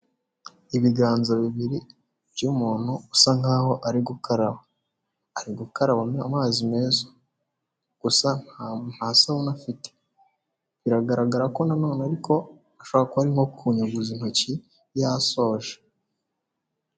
Ibiganza bibiri by'umuntu usa nkaho ari gukaraba ,ari gukaraba amazi meza gusa nta sabune afite biragaragara ko nanone ko ashobora kuba ari kunyuguza intoki yasoje.